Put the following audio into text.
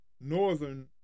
northern